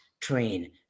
train